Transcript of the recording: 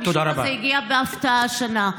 ומשום מה זה הגיע בהפתעה השנה.